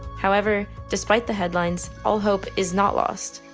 however, despite the headlines, all hope is not lost.